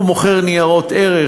הוא מוכר ניירות ערך,